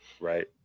right